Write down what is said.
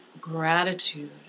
gratitude